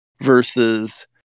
versus